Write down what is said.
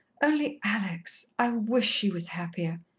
only alex i wish she was happier!